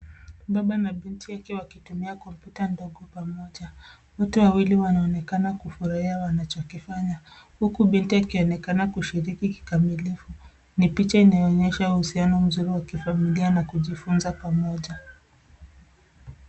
Baba na binti yake wakitumia kompyuta ndogo pamoja. Wote wawili wanaonekana kufarahia wanachokifanya huku binti akionekana kushiriki kikamilifu. Ni picha inayoonyesha uhusiano mzuri wa kifamilia na kujifunza pamoja.